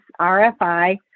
RFI